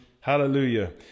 Hallelujah